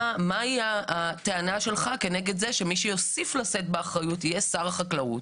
מהי הטענה שלך כנגד זה שמי שיוסיף לשאת באחריות יהיה שר החקלאות,